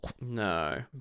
No